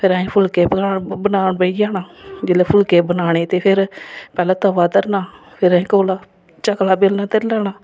फिर अहें फुलके पकान बनान बेही जाना जेल्लै फुलके बनाने ते फिर पैह्ला तवा धरना फिर अहें कोल चकला बेलना धरी लैना